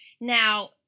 Now